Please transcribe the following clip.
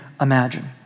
imagine